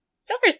Silver